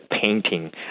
painting